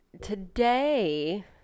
today